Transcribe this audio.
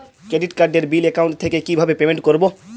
Credit কার্ডের bill account থেকে কিভাবে পেমেন্ট করবো?